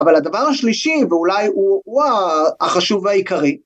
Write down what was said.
‫אבל הדבר השלישי, ‫ואולי הוא הוא החשוב העיקרי.